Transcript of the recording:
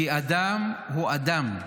כי אדם הוא אדם,